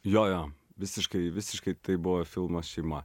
jojo visiškai visiškai tai buvo filmas šeima